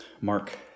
Mark